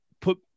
Put